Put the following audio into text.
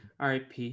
RIP